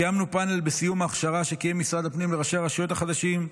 קיימנו פאנל בסיום הכשרה שקיים משרד הפנים לראשי הרשויות החדשים,